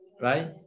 right